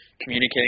communicating